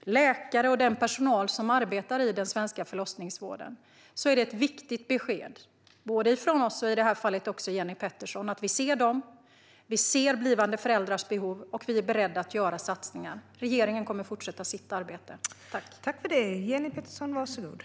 läkare och annan personal som arbetar i den svenska förlossningsvården är det ett viktigt besked, både från oss och i det här fallet också från Jenny Petersson, att vi ser dem, att vi ser blivande föräldrars behov och är beredda att göra satsningar. Regeringen kommer att fortsätta sitt arbete.